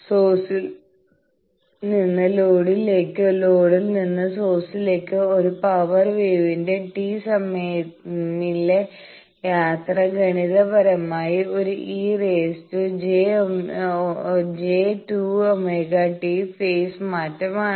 സോഴ്സിൽ നിന്ന് ലോഡിലേക്കോ ലോഡിൽ നിന്ന് സോഴ്സിലേക്കോ ഒരു പവർ വേവിന്റെ t ടൈമിലെ യാത്ര ഗണിതപരമായി ഒരു e j2ωt ഫെയ്സ് മാറ്റമാണ്